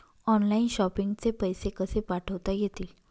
Online shopping चे पैसे कसे पाठवता येतील?